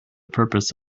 purpose